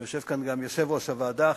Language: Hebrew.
ויושב כאן גם יושב-ראש הוועדה,